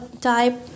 type